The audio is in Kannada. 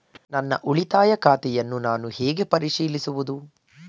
ನನ್ನ ಉಳಿತಾಯ ಖಾತೆಯನ್ನು ನಾನು ಹೇಗೆ ಪರಿಶೀಲಿಸುವುದು?